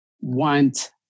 want